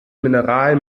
mineral